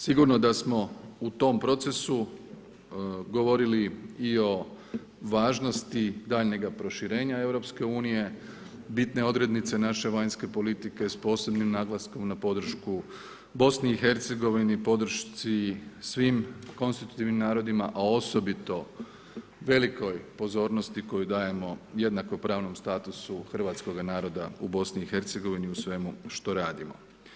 Sigurno da smo u tom procesu, govorili i o važnosti daljnjega proširenja EU, bitne odrednice naše vanjske politike s posebnim naglaskom na podršku BIH, podršci svim konstruktivnim narodima, a osobito velikoj pozornosti koji dajemo jednako pravnom statusu hrvatskoga naroda u BIH u svemu što radimo.